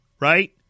right